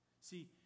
See